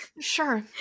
sure